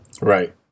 Right